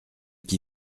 qui